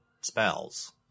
spells